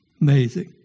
Amazing